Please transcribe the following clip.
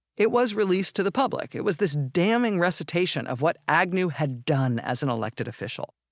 it was released to the public it was this damning recitation of what agnew had done as an elected official.